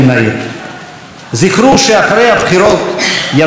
זכרו שאחרי הבחירות יתחיל האתגר האמיתי: